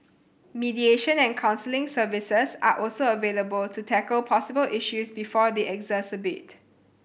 mediation and counselling services are also available to tackle possible issues before they exacerbate